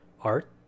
art